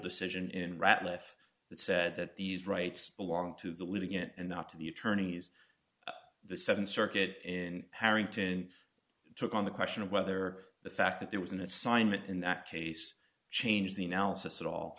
decision in ratliff that said that these rights belong to the living it and not to the attorneys the th circuit in harrington took on the question of whether the fact that there was an assignment in that case changed the analysis at all